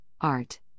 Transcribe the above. art